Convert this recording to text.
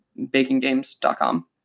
bakinggames.com